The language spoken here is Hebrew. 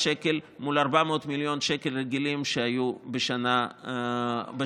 שקל מול 400 מיליון שקל רגילים שהיו בשנה רגילה.